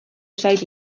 zait